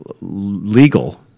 legal